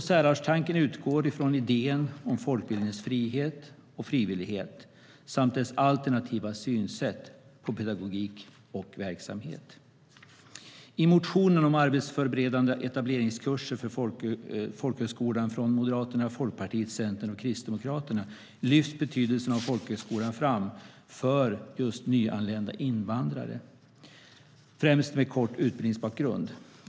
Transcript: Särartstanken utgår från idén om folkbildningens frihet och frivillighet samt dess alternativa synsätt på pedagogik och verksamhet. I motionen om arbetsförberedande etableringskurser för folkhögskolan från Moderaterna, Folkpartiet, Centern och Kristdemokraterna lyfts betydelsen av folkhögskolan fram för just nyanlända invandrare främst med kort utbildningsbakgrund.